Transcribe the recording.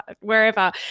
wherever